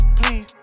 please